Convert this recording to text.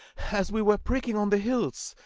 as we were pricking on the hills,